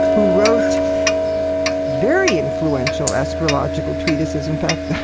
who wrote very influential astrological treatises. in fact,